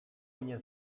mnie